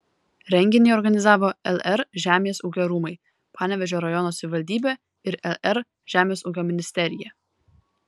renginį organizavo lr žemės ūkio rūmai panevėžio rajono savivaldybė ir lr žemės ūkio ministerija